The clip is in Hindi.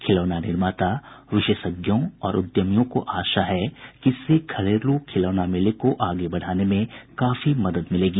खिलौना निर्माता विशेषज्ञों और उद्यमियों को आशा है कि इससे घरेलू खिलौना मेले को आगे बढाने में काफी मदद मिलेगी